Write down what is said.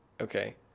okay